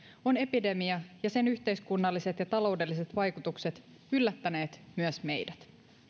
ovat epidemia ja sen yhteiskunnalliset ja taloudelliset vaikutukset yllättäneet myös meidät